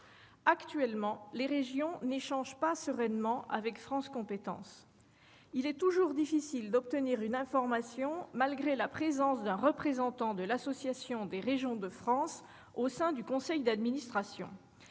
Actuellement, les régions n'échangent pas sereinement avec France compétences. Il est toujours difficile d'obtenir une information, malgré la présence d'un représentant de l'association Régions de France au sein du conseil d'administration.